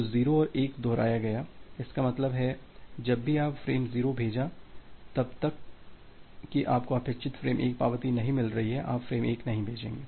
तो 0 और 1 को दोहराया गया इसका मतलब है जब भी आपने फ़्रेम 0 भेजा है जब तक कि आपको अपेक्षित फ्रेम 1 पावती नहीं मिल रही है आप फ्रेम 1 नहीं भेजेंगे